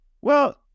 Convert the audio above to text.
Well-